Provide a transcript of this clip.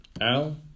Al